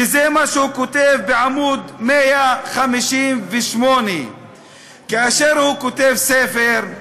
וזה מה שהוא כותב בעמוד 158. כאשר הוא כותב ספר,